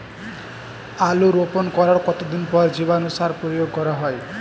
আলু রোপণ করার কতদিন পর জীবাণু সার প্রয়োগ করা হয়?